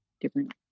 different